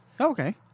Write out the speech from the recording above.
okay